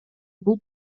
бул